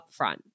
upfront